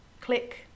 click